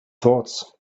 thoughts